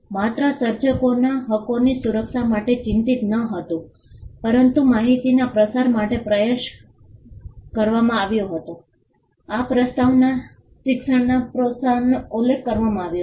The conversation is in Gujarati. માત્ર સર્જકોના હકોની સુરક્ષા માટે ચિંતિત નહોતું પરંતુ માહિતીના પ્રસાર માટે પણ પ્રયાસ કરવામાં આવ્યો હતો આ પ્રસ્તાવનામાં શિક્ષણના પ્રોત્સાહનનો ઉલ્લેખ કરવામાં આવ્યો છે